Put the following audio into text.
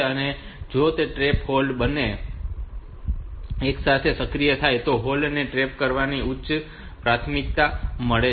તેથી જો TRAP અને હોલ્ડ બંને એકસાથે સક્રિય થાય તો હોલ્ડ ને TRAP કરતાં ઉચ્ચ પ્રાથમિકતા મળી છે